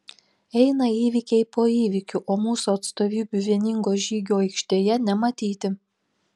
eina įvykiai po įvykių o mūsų atstovybių vieningo žygio aikštėje nematyti